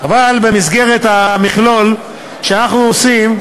אבל במסגרת המכלול שאנחנו עושים,